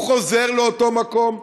הוא חוזר לאותו מקום.